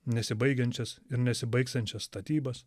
nesibaigiančias ir nesibaigsiančias statybas